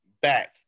back